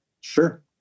Sure